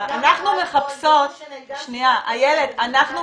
אנחנו מחפשות, שניה, אילת.